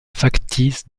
factice